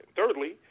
Thirdly